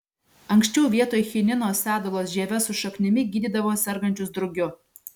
anksčiau vietoj chinino sedulos žieve su šaknimi gydydavo sergančius drugiu